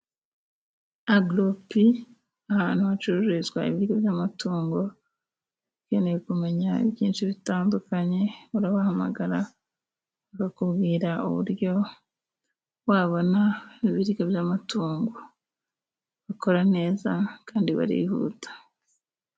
Agoropi, ahantu hacururizwa ibiryo by'amatungo. Ukeneye kumenya byinshi bitandukanye urabahamagara bakakubwira uburyo wabona ibiryo by'amatungo. Bakora neza kandi barihuta.